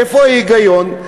איפה ההיגיון?